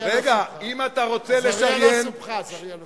אני שמח גם על שאלתך וגם על